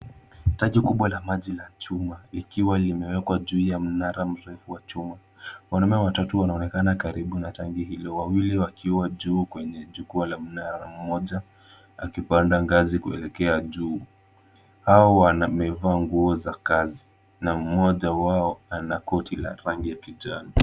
Tanki kubwa la maji la chuma, likiwa limewekwa juu ya mnara mrefu wa chuma. Wanaume watatu wanaonekana karibu na tanki hilo, wawili wakiwa juu kwenye jukwa la mnara, mmoja akipanda ngazi kuelekea juu. Hawa wamevaa nguo za kazi, na mmoja wao ana koti la rangi ya kijani.